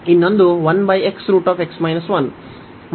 ಇನ್ನೊಂದು ಮತ್ತು 1 ರ ವಿಧಾನಗಳಂತೆ ಇದು 1